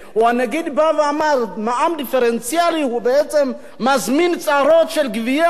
הנגיד בא ואמר: מע"מ דיפרנציאלי בעצם מזמין צרות של גבייה,